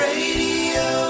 Radio